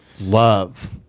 love